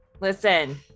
listen